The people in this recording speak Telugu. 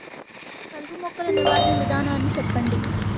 కలుపు మొక్కలు నివారణ విధానాన్ని చెప్పండి?